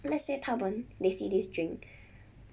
let's say 他们 they see this drink